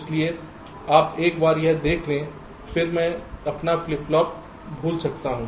इसलिए आप एक बार यह देख लें फिर मैं अपना फ्लिप फ्लॉप भूल सकता हूं